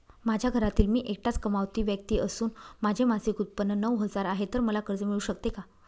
माझ्या घरातील मी एकटाच कमावती व्यक्ती असून माझे मासिक उत्त्पन्न नऊ हजार आहे, तर मला कर्ज मिळू शकते का?